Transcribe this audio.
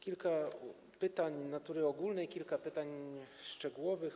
Kilka pytań natury ogólnej, kilka pytań szczegółowych.